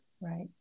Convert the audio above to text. Right